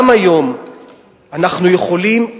גם היום אנחנו יכולים,